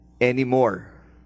anymore